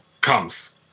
comes